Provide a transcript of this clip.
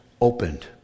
opened